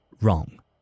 wrong